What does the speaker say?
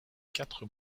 quatre